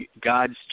God's